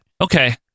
Okay